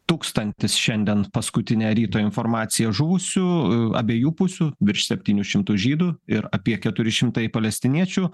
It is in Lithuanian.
tūkstantis šiandien paskutine ryto informacija žuvusių abiejų pusių virš septynių šimtų žydų ir apie keturi šimtai palestiniečių